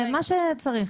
מה שצריך.